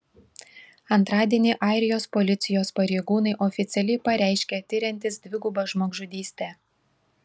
antradienį airijos policijos pareigūnai oficialiai pareiškė tiriantys dvigubą žmogžudystę